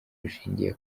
bushingiye